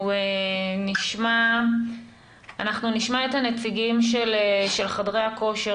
אנחנו נשמע את הנציגים של חדרי הכושר,